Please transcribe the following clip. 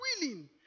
willing